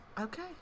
Okay